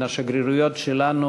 מן השגרירויות שלנו,